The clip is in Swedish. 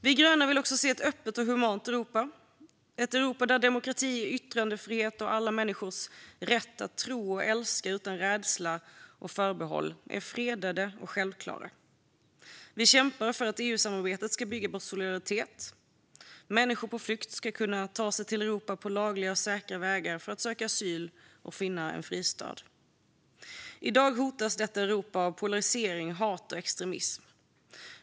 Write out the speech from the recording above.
Vi gröna vill också se ett öppet och humant Europa där saker som demokrati, yttrandefrihet och alla människors rätt att tro och älska utan rädsla eller förbehåll är fredade och självklara. Vi kämpar för att EU-samarbetet ska bygga på solidaritet. Människor på flykt ska kunna ta sig till Europa på lagliga och säkra vägar för att söka asyl och finna en fristad. I dag hotas detta Europa av polarisering, hat och extremism.